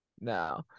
No